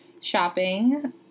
shopping